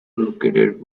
located